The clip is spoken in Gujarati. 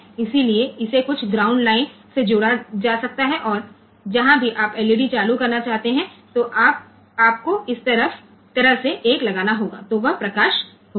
તેથી ત્યાં આને અમુક ગ્રાઉન્ડ પિન સાથે અમુક ગ્રાઉન્ડ લાઇન સાથે કનેક્ટ કરી શકાય છે અને જ્યાં પણ આપણે LED ચાલુ કરવા માંગીએ છીએ ત્યાં આપણે 1 મૂકવો પડશે જેથી તે રીતે તે પ્રકાશ 1 હશે